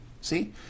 See